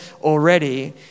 already